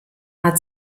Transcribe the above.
hat